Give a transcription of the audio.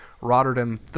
Rotterdam